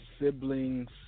sibling's